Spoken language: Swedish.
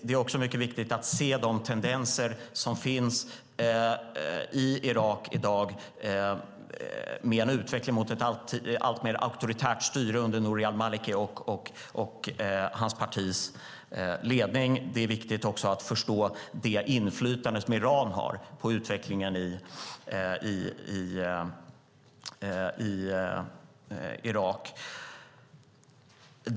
Det är också mycket viktigt att se de tendenser som finns i Irak i dag med en utveckling mot ett alltmer auktoritärt styre under Nouri al-Maliki och hans partis ledning. Det är viktigt att förstå det inflytande som Iran har på utvecklingen i Irak.